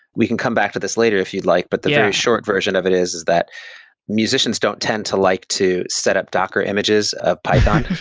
we can come back to this later if you'd like, but the very short version of it is is that musicians don't tend to like to set up docker images of python.